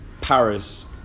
Paris